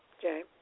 Jay